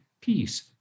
Peace